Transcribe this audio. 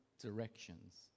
directions